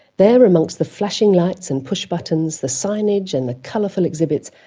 there amongst the flashing lights and pushbuttons, the signage and the colourful exhibits,